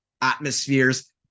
atmospheres